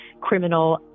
criminal